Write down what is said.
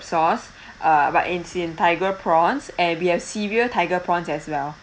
sauce uh but is in tiger prawns and we have cereal tiger prawns as well